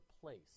place